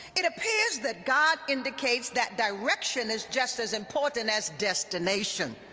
it appears that god indicates that direction is just as important as destination.